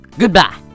goodbye